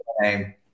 name